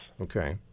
Okay